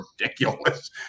ridiculous